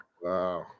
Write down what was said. Wow